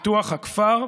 ופיתוח הכפר,